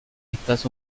estás